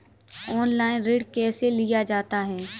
Online ऋण कैसे लिया जाता है?